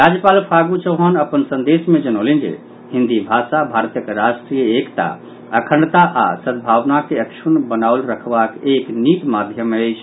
राज्यपाल फागू चौहान अपन संदेश मे जनौलनि जे हिन्दी भाषा भारतक राष्ट्रीय एकता अखंडता आओर सद्भावना के अक्षुण्ण बनाओल रखबाक एक निक माध्यम अछि